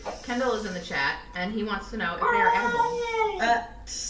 kendall is in the chat and he wants to know if they are edible ah